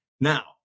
Now